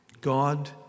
God